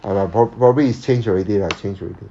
!hanna! prob~ probably it's change already right change already